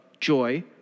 joy